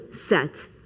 set